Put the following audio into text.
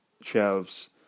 shelves